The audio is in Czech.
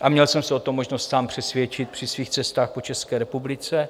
A měl jsem se o tom možnost sám přesvědčit při svých cestách po České republice.